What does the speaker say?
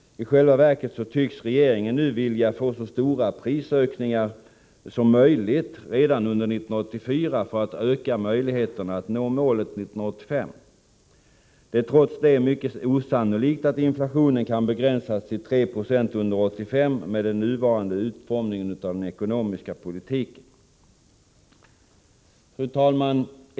I själva verket tycks regeringen nu vilja få så stora prisökningar som möjligt redan under 1984 för att öka möjligheterna att nå målet 1985. Det är trots detta mycket osannolikt att inflationen kan begränsas till 3 20 under 1985 med den nuvarande utformningen av den ekonomiska politiken. Fru talman!